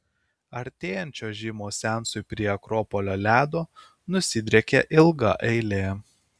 artėjant čiuožimo seansui prie akropolio ledo nusidriekia ilga eilė